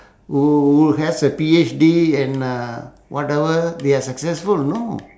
wh~ wh~ who has a P_H_D and uh whatever they are successful no